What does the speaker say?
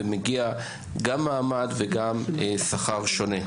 ומגיע גם מעמד וגם שכר שונה.